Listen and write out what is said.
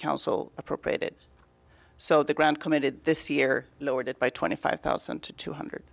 council appropriated so the ground committed this year lowered it by twenty five thousand to two hundred